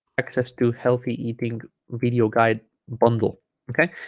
access to healthy eating video guide bundle okay